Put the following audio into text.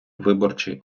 виборчий